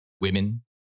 women